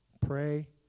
Pray